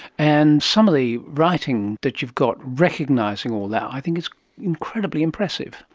and some of the writing that you've got recognising all that i think is incredibly impressive.